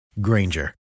Granger